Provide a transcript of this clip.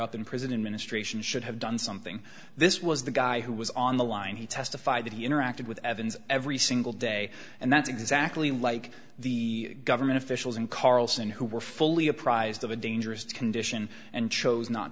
up in prison in ministration should have done something this was the guy who was on the line he testified that he interacted with evans every single day and that's exactly like the government officials and carlson who were fully apprised of a dangerous condition and chose not